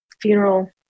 funeral